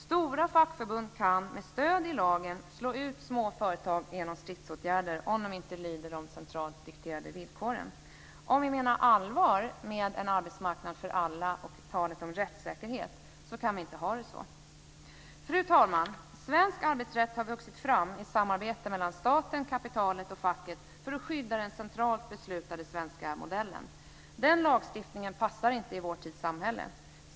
Stora fackförbund kan med stöd i lagen slå ut små företag genom stridsåtgärder, om de inte lyder de centralt dikterade villkoren. Om vi menar allvar med en arbetsmarknad för alla och talet om rättssäkerhet, kan vi inte ha det så. Fru talman! Svensk arbetsrätt har vuxit fram i samarbete mellan staten, kapitalet och facket för att skydda den centralt beslutade kollektiva svenska arbetsmarknadsmodellen. Den lagstiftningen passar inte i vår tids samhälle.